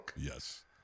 Yes